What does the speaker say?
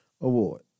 award